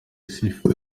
sifa